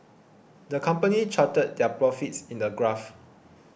the company charted their profits in a graph